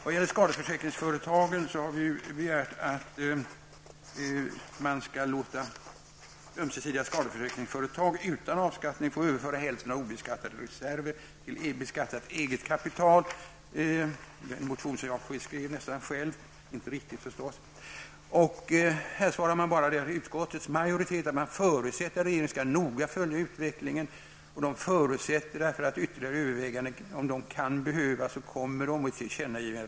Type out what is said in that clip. Vad gäller skatteförsäkringsföretagen har vi moderater begärt att man skall låta de ömsesidiga skadeförsäkringsföretagen utan avkastning få överföra hälften av de obeskattade reserverna till beskattat eget kapital, som jag skrev i min motion Sk384. Jag skrev den inte helt själv förstås. Utskottsmajoriteten förutsätter att regeringen noga skall följa utvecklingen. Utskottet förutsätter också att om ytterligare överväganden kommer att behövas så kommer de att tillkännagivas.